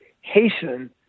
hasten